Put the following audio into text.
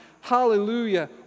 Hallelujah